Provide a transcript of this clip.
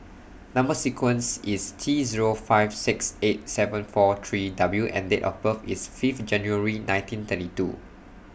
Number sequence IS T Zero five six eight seven four three W and Date of birth IS Fifth January nineteen thirty two